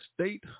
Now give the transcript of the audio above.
state